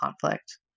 conflict